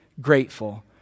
grateful